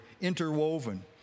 interwoven